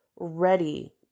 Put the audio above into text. ready